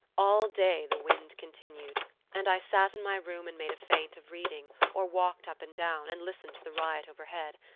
all day the wind continued and i sat in my room and made a feint of reading, or walked up and down, and listened to the riot overhead.